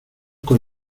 con